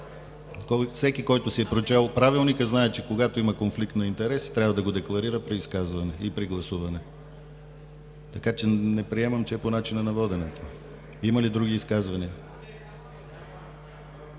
Всеки, който е прочел Правилника, знае, че когато има конфликт на интереси, трябва да го декларира при изказване и при гласуване. Не приемам, че това е процедура по начина на водене. Има ли други изказвания?